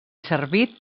servit